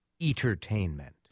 entertainment